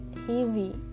heavy